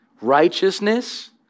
righteousness